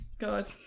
God